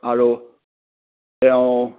আৰু তেওঁ